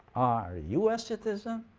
are you a citizen